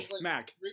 Mac